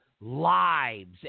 lives